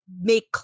make